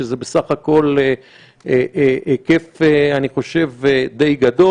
שזה בסך הכול היקף די גדול.